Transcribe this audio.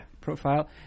profile